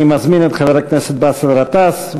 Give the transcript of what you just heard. אני מזמין את חבר הכנסת באסל גטאס,